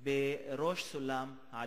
בראש סולם העדיפויות.